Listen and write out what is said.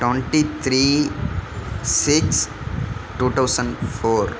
twenty three six two thousand four